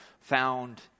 found